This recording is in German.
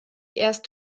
erst